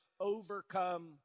overcome